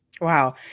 Wow